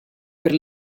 per